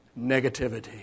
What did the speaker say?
negativity